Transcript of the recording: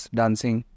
dancing